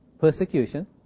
persecution